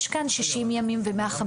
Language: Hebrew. יש כאן 60 ו-150 ימים.